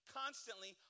constantly